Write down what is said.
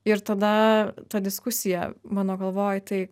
ir tada ta diskusija mano galvoj tai